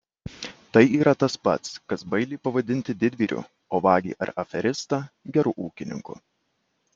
tai yra tas pat kas bailį pavadinti didvyriu o vagį ar aferistą geru ūkininku